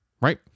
Right